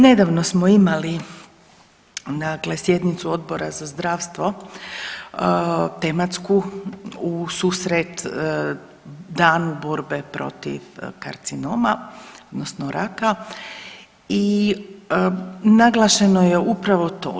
Nedavno smo imali, dakle sjednicu Odbora za zdravstvo tematsku ususret Danu borbe protiv karcinoma, odnosno raka i naglašeno upravo to.